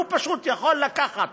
הוא פשוט יכול לקחת